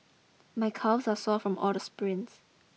my calves are sore from all the sprints